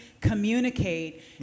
communicate